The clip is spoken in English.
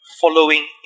following